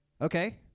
Okay